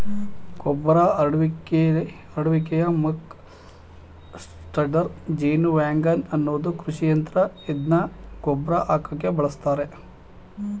ಗೊಬ್ಬರ ಹರಡುವಿಕೆಯ muck spreader ಜೇನುವ್ಯಾಗನ್ ಅನ್ನೋದು ಕೃಷಿಯಂತ್ರ ಇದ್ನ ಗೊಬ್ರ ಹಾಕಕೆ ಬಳುಸ್ತರೆ